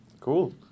Cool